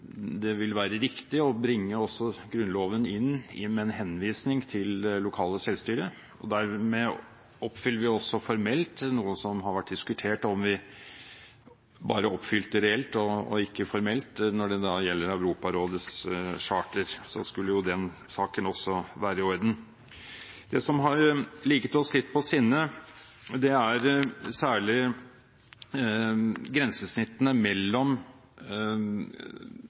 det vil være riktig å bringe også i Grunnloven inn en henvisning til det lokale selvstyret. Dermed oppfyller vi også formelt noe som har vært diskutert, nemlig om vi bare formelt – og ikke reelt – oppfylte Europarådets charter. Så skulle den saken også være i orden. Det som har ligget oss litt på sinne, er særlig grensesnittene mellom